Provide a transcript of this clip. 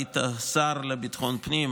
היית שר לביטחון הפנים,